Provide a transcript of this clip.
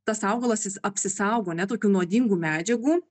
tas augalas jis apsisaugo tokių nuodingų medžiagų